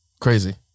Crazy